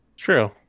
true